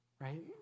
Right